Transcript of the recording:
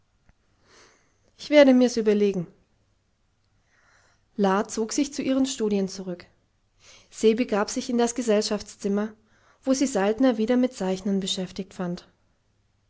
ich werde mir's überlegen la zog sich zu ihren studien zurück se begab sich in das gesellschaftszimmer wo sie saltner wieder mit zeichnen beschäftigt fand